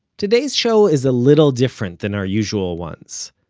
today's show is a little different than our usual ones.